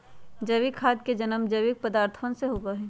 जैविक खाद के जन्म जैविक पदार्थवन से होबा हई